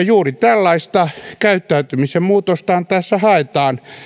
juuri tällaista käyttäytymisen muutostahan tässä haetaan